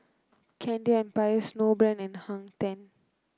Candy Empire Snowbrand and Hang Ten